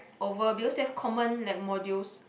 over because have common like modules